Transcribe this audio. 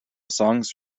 songs